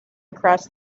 across